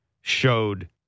showed